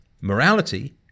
morality